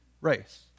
race